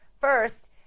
First